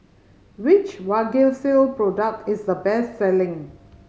which Vagisil product is the best selling